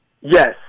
Yes